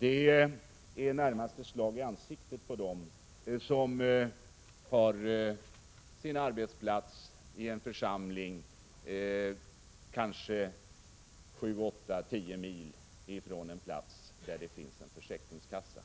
är närmast ett slag i ansiktet på dem som har sin arbetsplats i en församling kanske sju åtta tio mil från en plats där det finns en försäkringskassa.